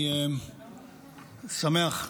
אני שמח,